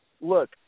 look